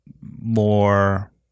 more